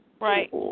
Right